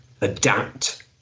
adapt